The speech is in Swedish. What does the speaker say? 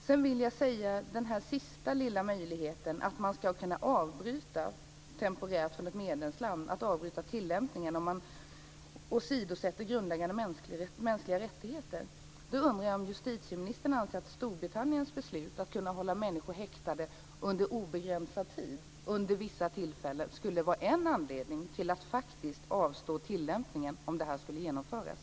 När det gäller den sista lilla möjligheten, att man från ett medlemsland temporärt ska kunna avbryta tillämpningen om grundläggande mänskliga rättigheter åsidosätts, undrar jag om justitieministern anser att Storbritanniens beslut om att kunna hålla människor häktade under obegränsad tid vid vissa tillfällen skulle vara en anledning till att faktiskt avstå från tillämpningen om detta skulle genomföras.